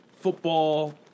football